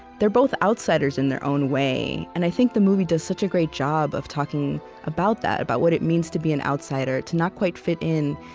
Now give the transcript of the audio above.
they're both outsiders in their own way, and i think the movie does such a great job of talking about that about what it means to be an outsider to not quite fit in,